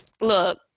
look